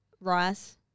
Rice